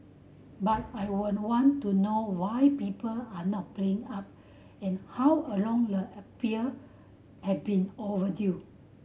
but I would want to know why people are not paying up and how a long the appear have been overdue